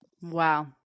Wow